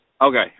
Okay